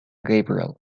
gabriel